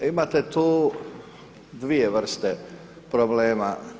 Imate tu dvije vrste problema.